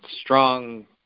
strong